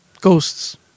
ghosts